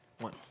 One